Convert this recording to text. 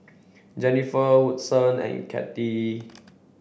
Jenifer Woodson and Cathi